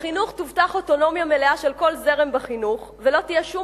בחינוך תובטח אוטונומיה מלאה של כל זרם בחינוך ולא תהיה שום